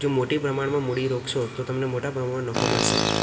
જો મોટી પ્રમાણમાં મૂડી રોકશો તો તમને મોટા પ્રમાણમાં નફો મળશે